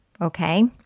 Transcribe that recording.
Okay